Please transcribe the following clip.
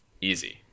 easy